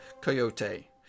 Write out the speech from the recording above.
coyote